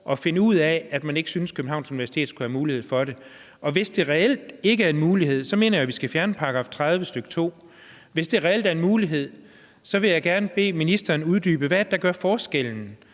at finde ud af, at man ikke syntes, Københavns Universitet skulle have mulighed for det. Og hvis det reelt ikke er en mulighed, så mener jeg, at vi skal fjerne § 30, stk. 2. Hvis det reelt er en mulighed, vil jeg gerne bede ministeren uddybe, hvad der ville være forskellen